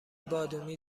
بادامی